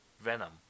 Venom